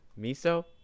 miso